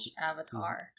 avatar